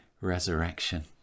resurrection